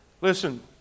Listen